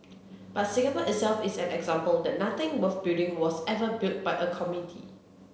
but Singapore itself is an example that nothing worth building was ever built by a committee